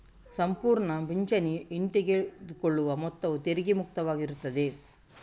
ಸಂಪೂರ್ಣ ಪಿಂಚಣಿ ಹಿಂತೆಗೆದುಕೊಳ್ಳುವ ಮೊತ್ತವು ತೆರಿಗೆ ಮುಕ್ತವಾಗಿರುತ್ತದೆ